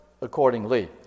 accordingly